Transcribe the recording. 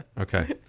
Okay